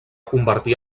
convertir